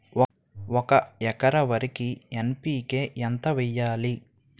ఒక ఎకర వరికి ఎన్.పి.కే ఎంత వేయాలి?